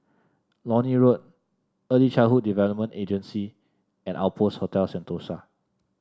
Lornie Road Early Childhood Development Agency and Outpost Hotel Sentosa